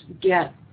get